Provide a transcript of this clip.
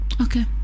Okay